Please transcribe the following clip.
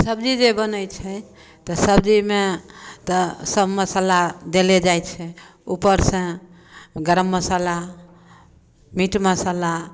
सब्जी जे बनै छै तऽ सब्जीमे तऽ सभ मसल्ला देले जाइ छै ऊपर से गरम मसाला मीट मसाला